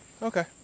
Okay